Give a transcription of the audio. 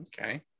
okay